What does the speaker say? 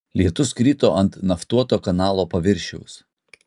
lietus krito ant naftuoto kanalo paviršiaus